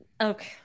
Okay